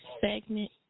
segment